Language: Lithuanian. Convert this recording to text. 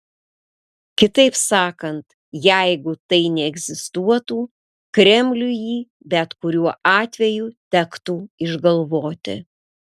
kitaip sakant jeigu tai neegzistuotų kremliui jį bet kurio atveju tektų išgalvoti